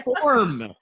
form